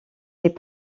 est